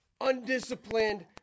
undisciplined